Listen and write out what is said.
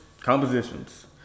compositions